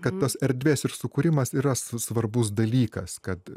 kad tas erdvės ir sukūrimas yra svarbus dalykas kad